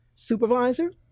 supervisor